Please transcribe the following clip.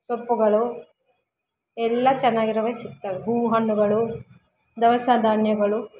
ಸೊಪ್ಪುಗಳು ಎಲ್ಲ ಚೆನ್ನಾಗಿರೋವೆ ಸಿಗ್ತವೆ ಹೂ ಹಣ್ಣುಗಳು ದವಸ ಧಾನ್ಯಗಳು